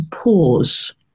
pause